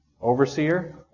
overseer